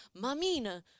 Mamina